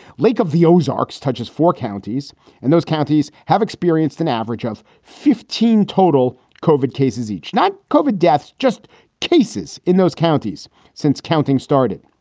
lake of the ozarks touches four counties and those counties have experienced an average of fifteen total cauvin cases, each not covered deaths, just cases in those counties since counting started.